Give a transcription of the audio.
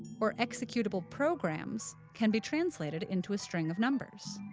or executable programs can be translated into a string of numbers.